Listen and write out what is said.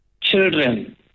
children